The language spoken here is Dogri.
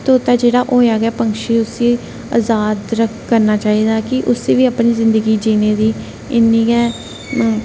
तोता जेहड़ा होआ गै पक्षी उसी आजाद करना चाहिदा कि उसी बी अपनी जिंदगी जीने दी इन्नी गै